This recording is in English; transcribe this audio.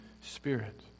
Spirit